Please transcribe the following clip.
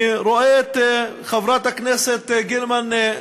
אני רואה את חברת הכנסת גרמן,